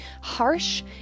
Harsh